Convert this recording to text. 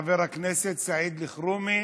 חבר הכנסת סעיד אלחרומי,